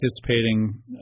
participating